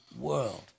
world